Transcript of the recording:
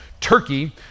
turkey